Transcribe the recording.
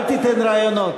אל תיתן רעיונות.